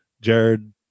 Jared